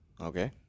Okay